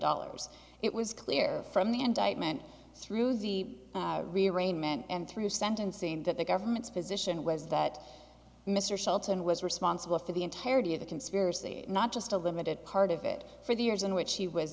dollars it was clear from the indictment through the rearrangement and through sentencing that the government's position was that mr shelton was responsible for the entirety of the conspiracy not just a limited part of it for the years in which he was